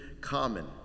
common